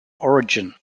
origin